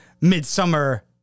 midsummer